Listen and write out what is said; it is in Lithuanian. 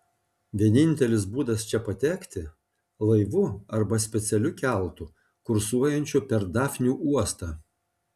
vienintelis būdas čia patekti laivu arba specialiu keltu kursuojančiu per dafnių uostą